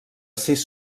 sis